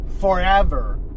forever